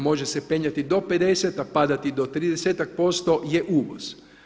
Može se penjati do 50, a padati do 30-tak posto je uvoz.